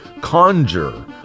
Conjure